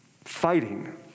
Fighting